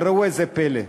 אבל ראו זה פלא,